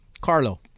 Carlo